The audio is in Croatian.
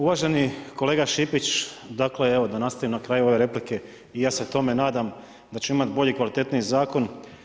Uvaženi kolega Šipić, dakle, da nastavim na kraju ove replike i ja se tome nadam da ćemo imati bolji i kvalitetniji zakon.